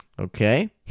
okay